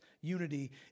unity